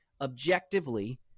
Objectively